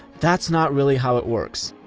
that's not really how it works.